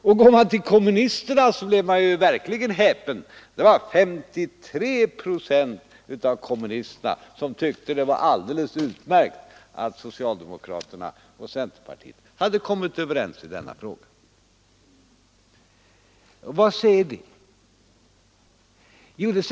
Och går man till kommunisterna blir man verkligt häpen; det var 53 procent av dessa som tyckte att det var alldeles utmärkt att socialdemokraterna och centerpartiet hade kommit överens i denna fråga. Vad säger oss detta?